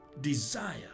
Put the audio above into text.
desire